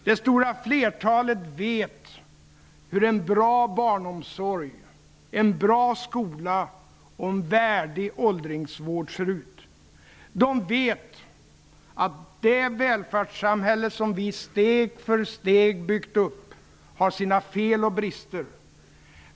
Det stora flertalet vet hur en bra barnomsorg, en bra skola och en värdig åldringsvård ser ut. De vet att det välfärdssamhälle som vi steg för steg byggt upp har sina fel och brister.